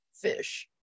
fish